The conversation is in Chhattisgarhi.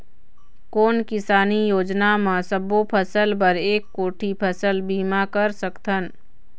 कोन किसानी योजना म सबों फ़सल बर एक कोठी फ़सल बीमा कर सकथन?